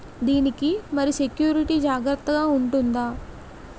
దీని కి మరి సెక్యూరిటీ జాగ్రత్తగా ఉంటుందా?